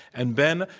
and, ben,